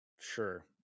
sure